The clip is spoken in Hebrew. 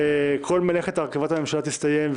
וכל מלאכת הרכבת הממשלה תסתיים,